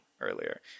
earlier